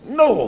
no